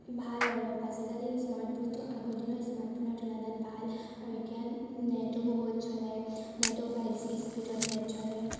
ভাল আৰু আজিকালি স্মাৰ্টফোনটো আগৰদিনৰ স্মাৰ্টফোনৰ তুলনাত ভাল আৰু এতিয়া নেটো বহুত চলে নেটো ফাইভ জি স্পীডত নেট চলে